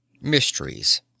Mysteries